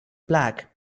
black